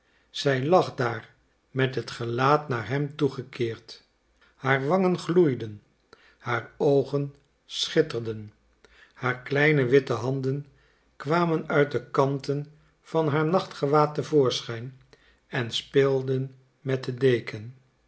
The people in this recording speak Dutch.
zij lag daar met het gelaat naar hem toegekeerd haar wangen gloeiden haar oogen schitterden haar kleine witte handen kwamen uit de kanten van haar nachtgewaad te voorschijn en speelden met de deken